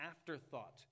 afterthought